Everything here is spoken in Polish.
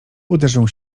uderzył